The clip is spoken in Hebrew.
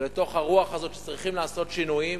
ולתוך הרוח הזאת, שצריכים לעשות שינויים,